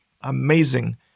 amazing